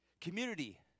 community